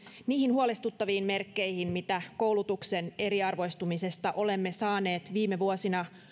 niihin huolestuttaviin merkkeihin mitä koulutuksen eriarvoistumisesta olemme saaneet viime vuosina